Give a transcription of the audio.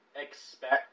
expect